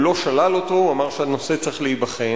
הוא לא שלל אותו, הוא אמר שהנושא צריך להיבחן.